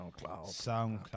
SoundCloud